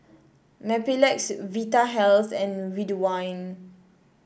Mepilex Vitahealth and Ridwind